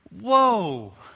Whoa